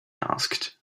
asked